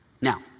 Now